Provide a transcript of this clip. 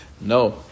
No